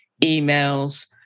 emails